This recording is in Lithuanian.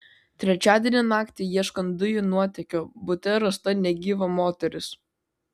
trečiadienį naktį ieškant dujų nuotėkio bute rasta negyva moteris